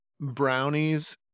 brownies